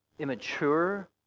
Immature